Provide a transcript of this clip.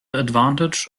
advantage